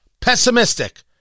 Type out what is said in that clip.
pessimistic